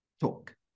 talk